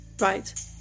right